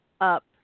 up